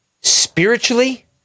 spiritually